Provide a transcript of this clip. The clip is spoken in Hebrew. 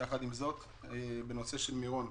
יחד עם זאת, בנושא מירון,